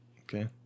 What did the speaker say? Okay